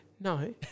No